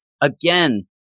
Again